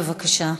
בבקשה.